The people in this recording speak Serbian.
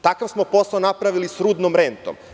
Takav smo posao napravili s rudnom rentom.